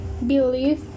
believe